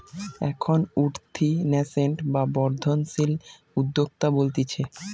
এখন উঠতি ন্যাসেন্ট বা বর্ধনশীল উদ্যোক্তা বলতিছে